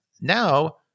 Now